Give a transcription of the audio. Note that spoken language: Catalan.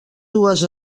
dues